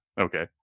Okay